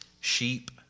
sheep